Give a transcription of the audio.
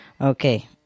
Okay